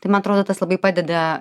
tai man atrodo tas labai padeda